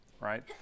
right